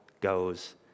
goes